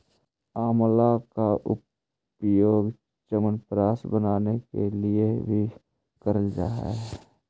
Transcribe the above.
आंवला का प्रयोग च्यवनप्राश बनाने के लिए भी करल जा हई